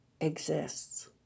exists